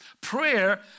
Prayer